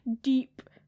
deep